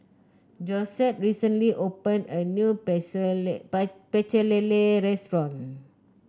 Josette recently opened a new Pecel Lele restaurant